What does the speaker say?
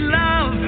love